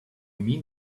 mean